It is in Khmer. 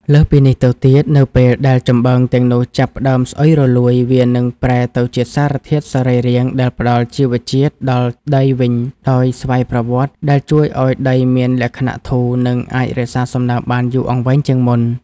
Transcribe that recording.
លើសពីនេះទៅទៀត នៅពេលដែលចំបើងទាំងនោះចាប់ផ្ដើមស្អុយរលួយ វានឹងប្រែទៅជាសារធាតុសរីរាង្គដែលផ្ដល់ជីវជាតិដល់ដីវិញដោយស្វ័យប្រវត្តិ ដែលជួយឱ្យដីមានលក្ខណៈធូរ និងអាចរក្សាសំណើមបានយូរអង្វែងជាងមុន។